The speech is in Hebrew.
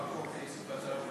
לא, עבר חוק איסוף והצלת מזון.